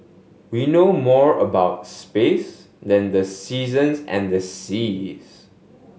we know more about space than the seasons and the seas